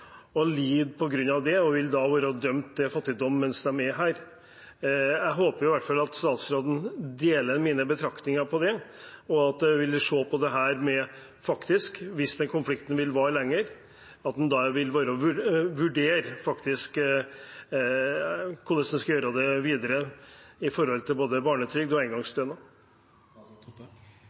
og lider på grunn av det, og vil være dømt til fattigdom mens de er her. Jeg håper i hvert fall at statsråden deler mine betraktninger om det, og at hvis denne konflikten vil vare lenger, vil en vurdere hvordan en skal gjøre det videre når det gjelder både barnetrygd og engangsstønad.